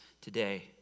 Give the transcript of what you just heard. today